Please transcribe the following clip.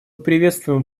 приветствуем